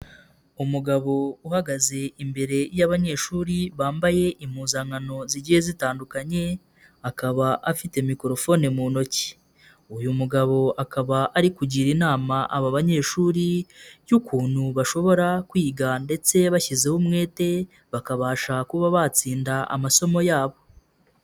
Umugabo uhagaze imbere y'abanyeshuri bambaye impuzankano zigiye zitandukanye, akaba afite mikorofone mu ntoki, uyu mugabo akaba ari kugira inama aba banyeshuri y'ukuntu bashobora kwiga ndetse bashyizeho umwete, bakabasha kuba batsinda amasomo yabo.